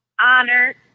honored